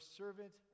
servant